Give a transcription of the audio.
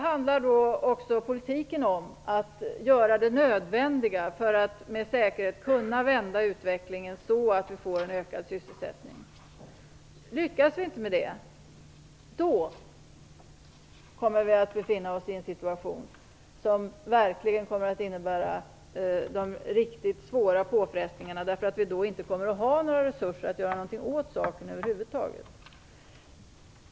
Med politiken måste vi göra det nödvändiga för att med säkerhet kunna vända utvecklingen så att vi får en ökad sysselsättning. Lyckas vi inte med det kommer vi att befinna oss i en situation som verkligen kommer att innebära riktigt svåra påfrestningar, eftersom vi då inte kommer att ha några resurser att över huvud taget göra någonting åt det.